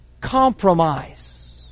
compromise